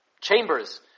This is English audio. chambers